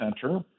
center